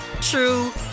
true